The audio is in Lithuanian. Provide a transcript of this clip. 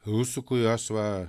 rusų kuriuos va